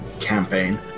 campaign